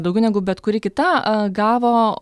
daugiau negu bet kuri kita gavo